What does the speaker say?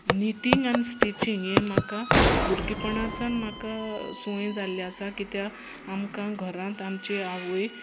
knitting आनी stitching हें म्हाका भुरगेंपणसावान म्हाका सवंय जाल्लें आसा कित्याक आमकां घरांत आमची आवय